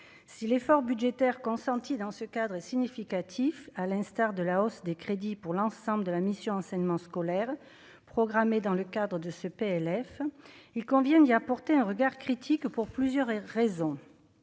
si l'effort budgétaire consenti dans ce cadre est significatif, à l'instar de la hausse des crédits pour l'ensemble de la mission enseignement scolaire programmée dans le cadre de ce PLF, il convient d'y apporter un regard critique pour plusieurs raisons